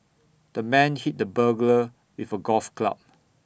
the man hit the burglar with A golf club